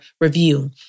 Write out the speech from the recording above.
review